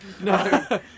No